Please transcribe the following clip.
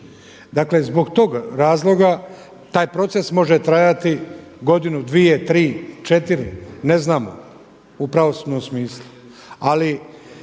Dakle, zbog tog razloga taj proces može trajati godinu, dvije, tri, četiri, ne znamo u pravosudnom smislu. Ali